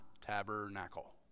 tabernacle